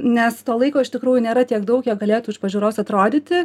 nes to laiko iš tikrųjų nėra tiek daug kiek galėtų iš pažiūros atrodyti